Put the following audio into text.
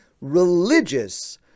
religious